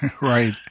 right